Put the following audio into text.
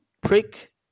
prick